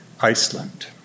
Iceland